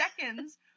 seconds